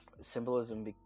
symbolism